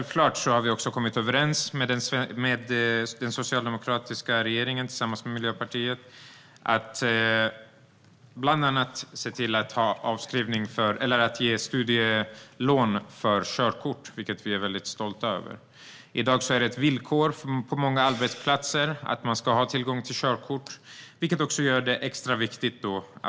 Vi har också kommit överens med Socialdemokraterna och Miljöpartiet om att bland annat ge studielån för körkort, vilket vi är väldigt stolta över. I dag är körkort ett villkor på många arbetsplatser. Därför är detta beslut extra viktigt.